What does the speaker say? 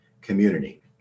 community